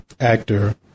actor